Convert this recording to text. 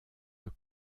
que